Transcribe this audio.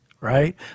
right